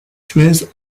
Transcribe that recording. suez